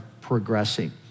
progressing